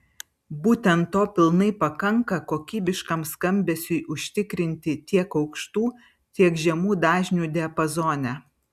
būtent to pilnai pakanka kokybiškam skambesiui užtikrinti tiek aukštų tiek žemų dažnių diapazone